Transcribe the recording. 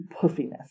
Puffiness